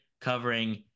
covering